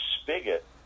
spigot